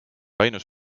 ainus